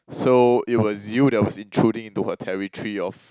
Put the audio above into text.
so it was you that was intruding into her territory of